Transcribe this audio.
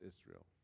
Israel